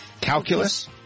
Calculus